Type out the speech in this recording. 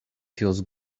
feels